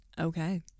Okay